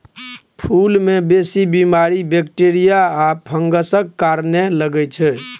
फुल मे बेसी बीमारी बैक्टीरिया या फंगसक कारणेँ लगै छै